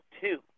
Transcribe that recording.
two